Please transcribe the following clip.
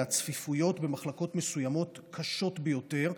והצפיפויות במחלקות מסוימות קשות ביותר,